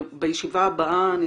בישיבה הבאה אני